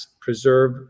preserve